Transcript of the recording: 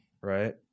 Right